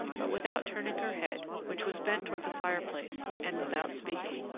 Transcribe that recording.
but without turning her head, which was bent toward the fire-place, and without speaking.